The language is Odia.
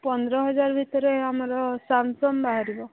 ପନ୍ଦରହଜାର ଭିତରେ ଆମର ସାମସଙ୍ଗ୍ ବାହାରିବ